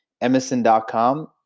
Emerson.com